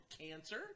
cancer